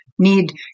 need